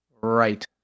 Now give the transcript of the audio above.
Right